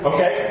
Okay